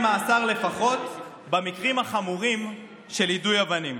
מאסר לפחות במקרים החמורים של יידוי אבנים.